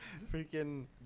Freaking